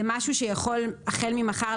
זה משהו שיכול להתחיל לפעול החל ממחר,